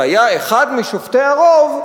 שהיה אחד משופטי הרוב,